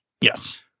Yes